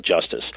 justice